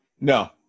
No